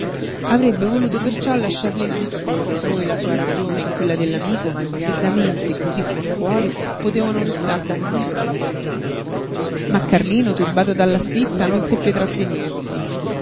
avrebbe voluto perciò lasciar lí il discorso ove la sua ragione e quella dell'amico freddamente e cosí fuor fuori potevano restar d'accordo ma carlino turbato dalla stizza non seppe trattenersi